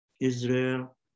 Israel